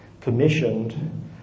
commissioned